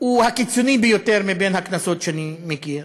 הוא הקיצוני ביותר מבין הכנסות שאני מכיר,